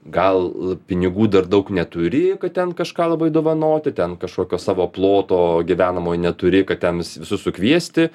gal pinigų dar daug neturi kad ten kažką labai dovanoti ten kažkokio savo ploto gyvenamo neturi kad ten vis visus sukviesti